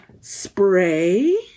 spray